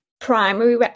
primary